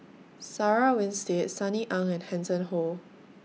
Sarah Winstedt Sunny Ang and Hanson Ho